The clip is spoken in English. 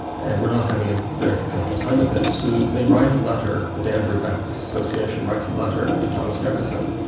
and were not having a very successful time of it. so they write a letter the danbury baptist association writes a letter to thomas jefferson,